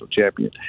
champion